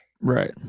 Right